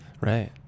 Right